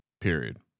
Period